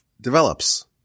develops